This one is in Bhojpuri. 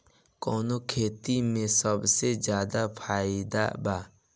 कवने खेती में सबसे ज्यादा फायदा बा?